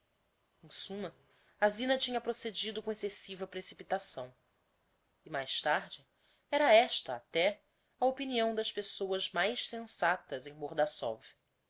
a zina tinha procedido com excessiva precipitação e mais tarde era esta até a opinião das pessoas mais sensatas em